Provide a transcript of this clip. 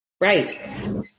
Right